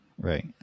right